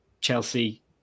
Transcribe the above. Chelsea